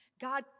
God